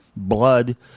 blood